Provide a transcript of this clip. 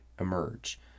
emerge